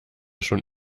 schon